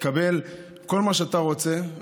תקבל כל מה שאתה רוצה,